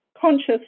conscious